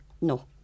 No